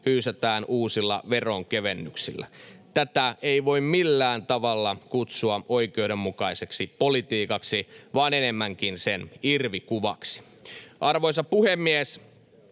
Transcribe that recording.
hyysätään uusilla veronkevennyksillä. Tätä ei voi millään tavalla kutsua oikeudenmukaiseksi politiikaksi, vaan enemmänkin sen irvikuvaksi. Arvoisa puhemies!